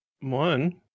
One